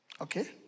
Okay